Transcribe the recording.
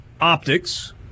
optics